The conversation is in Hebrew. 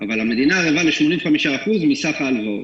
אבל המדינה ערבה ל-85% מסך ההלוואות.